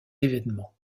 évènement